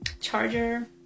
charger